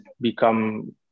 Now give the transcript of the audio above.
become